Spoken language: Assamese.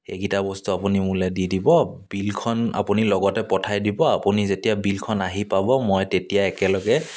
এইকেইটা বস্তু আপুনি মোলৈ দি দিব বিলখন আপুনি লগতে পঠাই দিব আপুনি যেতিয়া বিলখন আহি পাব মই তেতিয়া একেলগে